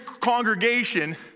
congregation